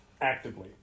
Actively